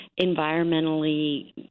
environmentally